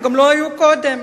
הם לא היו גם קודם.